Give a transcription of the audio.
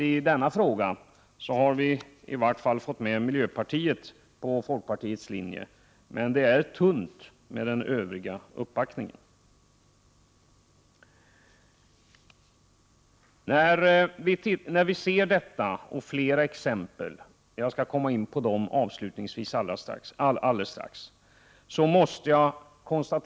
I denna fråga har vi åtminstone fått med oss miljöpartiet på folkpartiets linje, men det är tunt med den övriga uppbackningen. Detta var några exempel, och det finns fler exempel som jag alldeles strax skall nämna.